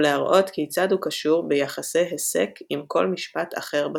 ולהראות כיצד הוא קשור ביחסי היסק עם כל משפט אחר בשפה.